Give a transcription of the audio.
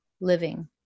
living